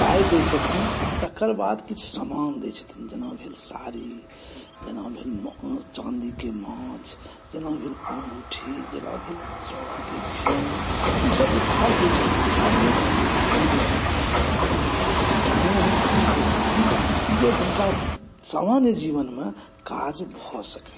पाइ दै छथिन आ तेकर बाद किछु समान दै छथिन जेना भेल सारी जेना भेल चाँदीके माछ जेना भेल अंगूठी जेना भेल सोनाके चेन ईसभ उपहार दै छथिन किछु आदमी घड़ी दै छथिन किछु आदमी ओहन ओहन चीज़ दै छथिन जे हुनका सामान्य जीवनमे काज भऽ सकनि